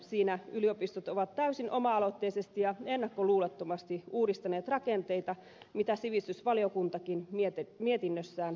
siinä yliopistot ovat täysin oma aloitteisesti ja ennakkoluulottomasti uudistaneet rakenteita mitä sivistysvaliokuntakin mietinnössään peräänkuulutti